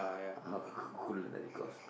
culinary course